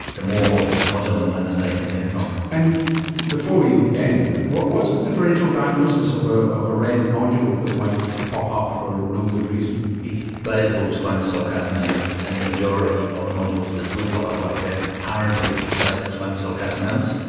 the more nodular melanomas they can identify. um and before we end, what's the differential diagnosis of ah of a red nodule that might pop up for no good reason? it's basal or squamous cell carcinoma, and the majority of nodules that will pop up like that are indeed basal or squamous cell carcinomas,